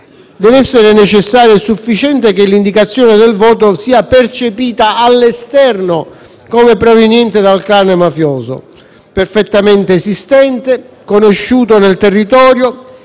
Deve essere necessario e sufficiente che l'indicazione del voto sia percepita all'esterno come proveniente dal *clan* mafioso, perfettamente esistente, conosciuto nel territorio